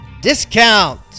discount